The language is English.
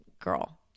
girl